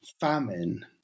famine